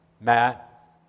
Matt